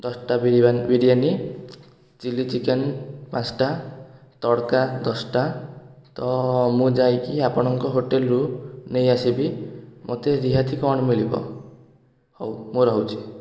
ଦଶଟା ବିରିଆ biryani chilli chicken ପାଞ୍ଚଟା ତଡ଼କା ଦଶଟା ତ ମୁଁ ଯାଇକି ଆପଣଙ୍କ ହୋଟେଲରୁ ନେଇ ଆସିବି ମୋତେ ରିହାତି କ'ଣ ମିଳିବ ହଉ ମୁଁ ରହୁଛି